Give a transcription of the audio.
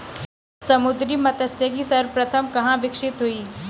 समुद्री मत्स्यिकी सर्वप्रथम कहां विकसित हुई?